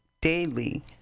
daily